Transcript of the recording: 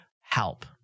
help